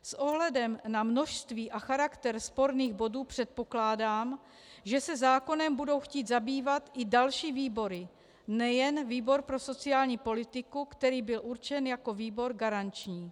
S ohledem na množství a charakter sporných bodů předpokládám, že se zákonem budou chtít zabývat i další výbory, nejen výbor pro sociální politiku, který byl určen jako výbor garanční.